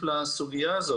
לא,